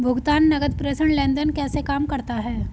भुगतान नकद प्रेषण लेनदेन कैसे काम करता है?